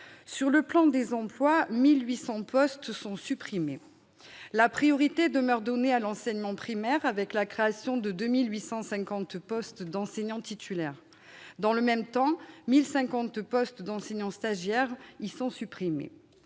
Sur le plan des emplois, 1 800 postes sont supprimés. La priorité demeure à l'enseignement primaire, avec la création de 2 850 postes d'enseignants titulaires. Dans le même temps, 1 050 postes d'enseignants stagiaires y sont supprimés.